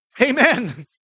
Amen